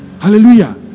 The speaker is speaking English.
Hallelujah